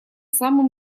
самым